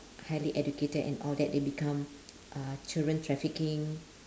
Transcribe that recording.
highly educated and all that they become uh children trafficking